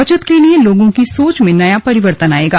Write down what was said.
बचत के लिए लोगों की सोच में नया परिवर्तन आयेगा